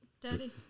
Daddy